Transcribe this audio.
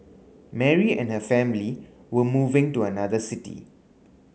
Mary and her family were moving to another city